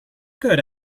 good